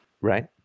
Right